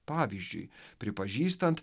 pavyzdžiui pripažįstant